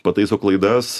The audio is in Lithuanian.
pataiso klaidas